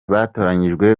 batoranyijwe